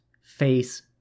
face